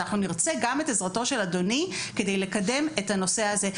אנחנו נרצה גם את עזרתו של אדוני כדי לקדם את הנושא הזה.